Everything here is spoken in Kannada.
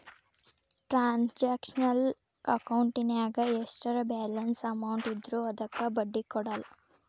ಟ್ರಾನ್ಸಾಕ್ಷನಲ್ ಅಕೌಂಟಿನ್ಯಾಗ ಎಷ್ಟರ ಬ್ಯಾಲೆನ್ಸ್ ಅಮೌಂಟ್ ಇದ್ರೂ ಅದಕ್ಕ ಬಡ್ಡಿ ಕೊಡಲ್ಲ